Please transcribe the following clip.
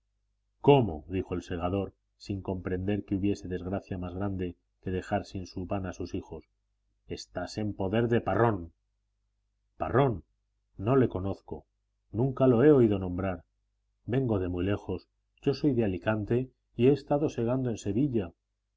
cómo dijo el segador sin comprender que hubiese desgracia más grande que dejar sin pan a sus hijos estás en poder de parrón parrón no le conozco nunca lo he oído nombrar vengo de muy lejos yo soy de alicante y he estado segando en sevilla